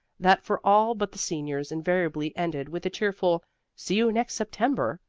that for all but the seniors invariably ended with a cheerful see you next september,